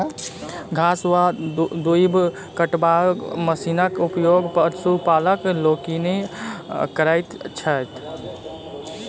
घास वा दूइब कटबाक मशीनक उपयोग पशुपालक लोकनि करैत छथि